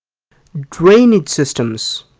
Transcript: drainage systems,